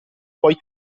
poi